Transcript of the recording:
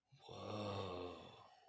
Whoa